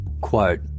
quote